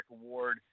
Award